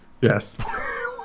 Yes